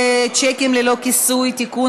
שיקים ללא כיסוי (תיקון,